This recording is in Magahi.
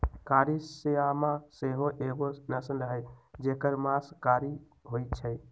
कारी श्यामा सेहो एगो नस्ल हई जेकर मास कारी होइ छइ